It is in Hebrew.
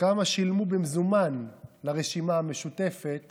כמה שילמו במזומן לרשימה המשותפת